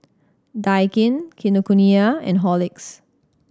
Daikin Kinokuniya and Horlicks